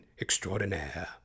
extraordinaire